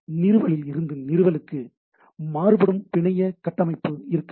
நிறுவலில் இருந்து நிறுவலுக்கு மாறுபடும் பிணைய கட்டமைப்பு இருக்க வேண்டும்